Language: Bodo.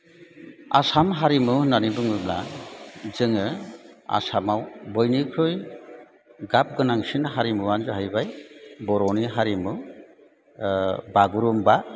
आसाम हारिमु होन्नानै बुङोब्ला जोङो आसामाव बयनिख्रुइ गाब गोनांसिन हारिमुवानो जाहैबाय बर'नि हारिमु ओह बागुरुमबा